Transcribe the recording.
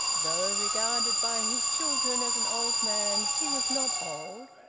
though regarded by his children as an old man, he was not old,